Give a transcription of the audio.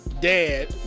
dad